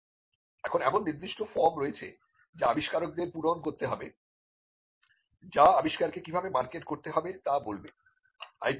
এখন এমন নির্দিষ্ট ফর্ম রয়েছে যা আবিষ্কারকদের পূরণ করতে হবে যা আবিষ্কারকে কিভাবে মার্কেট করতে হবে তা বলবে